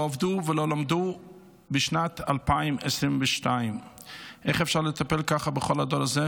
שלא עבדו ולא למדו בשנת 2022. איך אפשר לטפל ככה בכל הדור הזה,